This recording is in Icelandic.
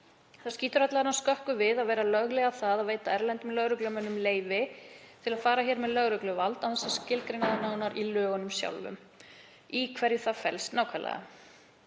Það skýtur skökku við að vera að lögleiða það að veita erlendum lögreglumönnum leyfi til að fara hér með lögregluvald án þess að skilgreina nánar í lögunum sjálfum í hverju það felst nákvæmlega.